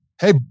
Hey